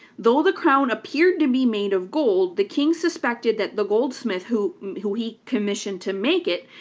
though the crown appeared to be made of gold, the king suspected that the goldsmith, who who he commissioned to make it,